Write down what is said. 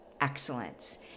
excellence